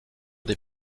des